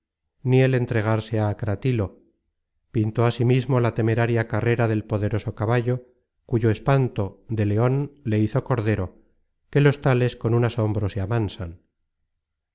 ni el entregarse á cratilo pintó asimismo la temeraria carrera del poderoso caballo cuyo espanto de leon le hizo cordero que los tales con un asombro se amansan